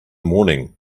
morning